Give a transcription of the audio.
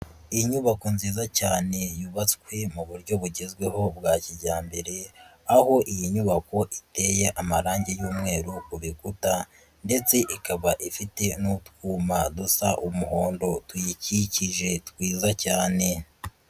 Inyubako nziza cyane yubatswe mu buryo bugezweho bwa kijyambere, aho iyi nyubako iteye amarange y'umweru ku bikuta ndetse ikaba ifite n'utwuma dusa umuhondo tuyikikije twiza cyane.